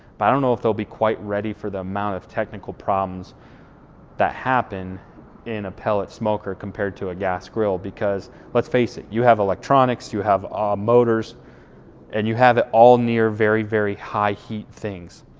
but i don't know if they'll be quite ready for the amount of technical problems that happen in a pellet smoker compared to a gas grill, because let's face it, you have electronics, you have motors and you have all near very, very high heat things.